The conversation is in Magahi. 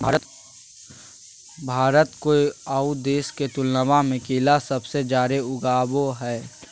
भारत कोय आउ देश के तुलनबा में केला सबसे जाड़े उगाबो हइ